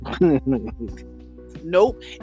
Nope